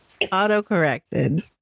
Autocorrected